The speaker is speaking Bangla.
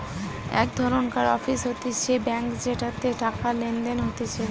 এক ধরণকার অফিস হতিছে ব্যাঙ্ক যেটাতে টাকা লেনদেন হতিছে